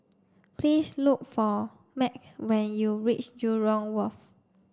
please look for Mack when you reach Jurong Wharf